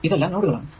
ഇതെല്ലാം നോഡുകൾ ആണ്